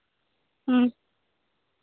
ᱦᱮᱸ